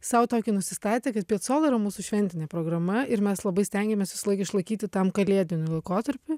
sau tokį nusistatę kad piacola yra mūsų šventinė programa ir mes labai stengiamės visąlaik išlaikyti tam kalėdiniui laikotarpiui